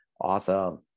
Awesome